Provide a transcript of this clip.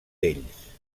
d’ells